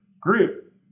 group